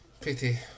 Pity